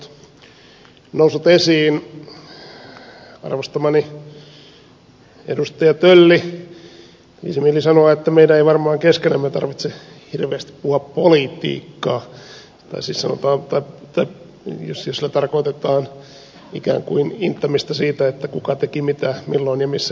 arvostamani edustaja tölli tekisi mieli sanoa että meidän ei varmaan keskenämme tarvitse hirveästi puhua politiikkaa jos sillä tarkoitetaan ikään kuin inttämistä siitä kuka teki mitä milloin ja missä järjestyksessä